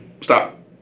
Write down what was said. stop